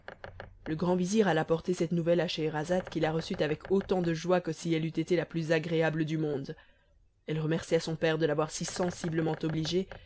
le grand vizir alla porter cette nouvelle à scheherazade qui la reçut avec autant de joie que si elle eût été la plus agréable du monde elle remercia son père de l'avoir si sensiblement obligée